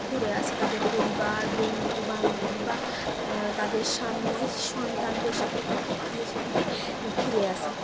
ঘুরে আসে তাদের পরিবার বন্ধুবান্ধব বা তাদের স্বামী সন্তানদের সাথে কিন্তু গিয়ে সেখানে ঘুরে আসে